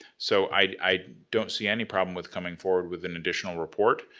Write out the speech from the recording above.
so, i don't see any problem with coming forward with an additional report.